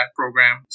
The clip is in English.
program